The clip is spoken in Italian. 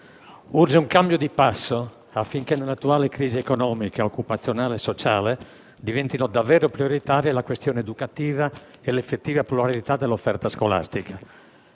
urge un cambio di passo affinché nell'attuale crisi economica, occupazionale e sociale diventino davvero prioritarie la questione educativa e l'effettiva pluralità dell'offerta scolastica.